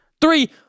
Three